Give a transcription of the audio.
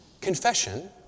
confession